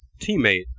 teammate